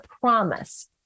promise